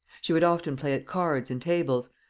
she would often play at cards and tables,